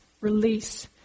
release